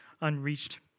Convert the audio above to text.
unreached